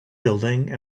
building